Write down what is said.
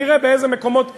נראה באיזה מקומות תיבחרו,